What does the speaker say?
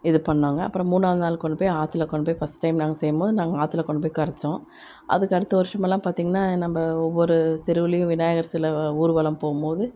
இது பண்ணோங்க அப்பறம் மூணாவது நாள் கொண்டு போய் ஆற்றுல கொண்டு போய் ஃபஸ்ட் டைம் நாங்கள் செய்யும்போது நாங்கள் ஆற்றுல கொண்டு போய் கரைச்சோம் அதுக்கடுத்த வருஷமல்லாம் பார்த்திங்கன்னா நம்ம ஒவ்வொரு தெருவுலேயும் விநாயகர் சிலை ஊர்வலம் போகும்போது